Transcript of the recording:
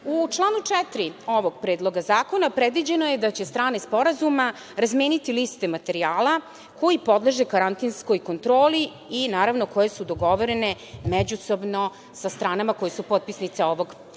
članu 4. ovog Predloga zakona predviđeno je da će strane Sporazuma razmeniti liste materijala koji podleže karantinskoj kontroli i naravno koje su dogovorene međusobno sa stranama koje su potpisnice ovog